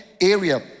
area